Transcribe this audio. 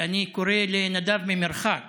אני קורא לנדב ממרחק